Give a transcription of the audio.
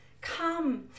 Come